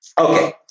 Okay